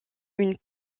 une